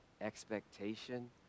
expectation